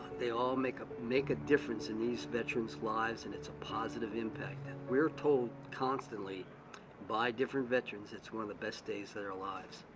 they all make up make a difference in these veterans lives and it's a positive impact and we're told constantly by different veterans it's one of the best days of their lives.